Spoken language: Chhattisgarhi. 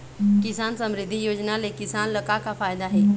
किसान समरिद्धि योजना ले किसान ल का का फायदा हे?